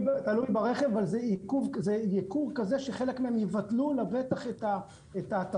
תלוי ברכב אבל זה ייקור כזה שחלק מהם יבטלו לבטח את הקנייה,